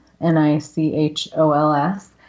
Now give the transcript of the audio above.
N-I-C-H-O-L-S